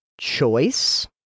choice